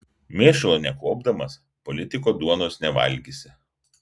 mėšlo nekuopdamas politiko duonos nevalgysi